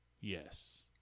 Yes